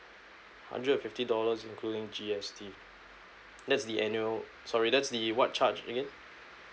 a hundred fifty dollars including G_S_T that's the annual sorry that's the what charge again